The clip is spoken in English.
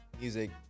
music